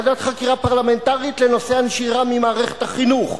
ועדת חקירה פרלמנטרית לנושא הנשירה ממערכת החינוך,